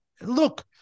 Look